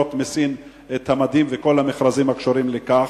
לקנות מסין את המדים וכל המכרזים הקשורים לכך.